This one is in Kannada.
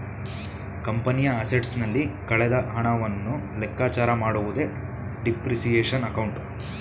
ಕಂಪನಿಯ ಅಸೆಟ್ಸ್ ನಲ್ಲಿ ಕಳೆದ ಹಣವನ್ನು ಲೆಕ್ಕಚಾರ ಮಾಡುವುದೇ ಡಿಪ್ರಿಸಿಯೇಶನ್ ಅಕೌಂಟ್